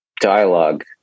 dialogue